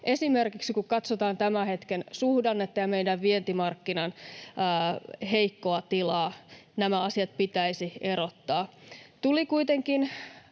esimerkiksi tämän hetken suhdannetta ja meidän vientimarkkinan heikkoa tilaa, nämä asiat pitäisi erottaa. Tuli kuitenkin